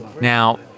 Now